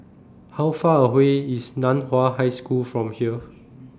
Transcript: How Far away IS NAN Hua High School from here